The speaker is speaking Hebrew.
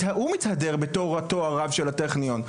הוא מתהדר בתואר רב של הטכניון,